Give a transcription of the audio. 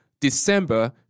December